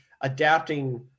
adapting